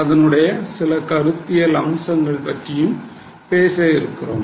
அதனுடைய சில கருத்தியல் அம்சங்கள் பற்றியும் பேசுகிறோம்